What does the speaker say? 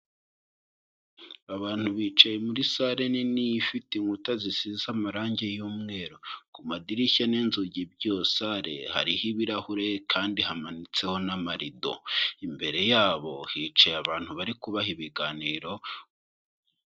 Abantu bicaye muri salle nini ifite inkuta zisize amarangi y'umweru, ku madirishya n'inzugi by'iyo salle hariho ibirahure kandi hamanitseho n'amarido, imbere yabo hicaye abantu bari kubaha ibiganiro.